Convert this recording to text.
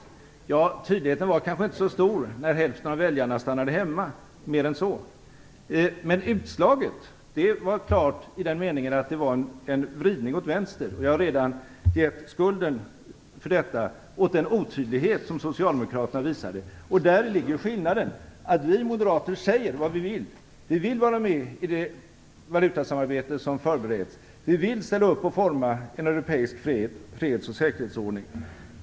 Nu var tydligheten kanske inte så stor när mer än hälften av väljarna stannade hemma. Men utslaget var klart i den meningen att det var en vridning år vänster, och jag har redan givit skulden för detta åt den otydlighet som socialdemokraterna visade. Däri ligger skillnaden: Vi moderater säger vad vi vill. Vi vill vara med i det valutasamarbete som förbereds. Vi vill ställa upp och forma en europeisk freds och säkerhetsordning.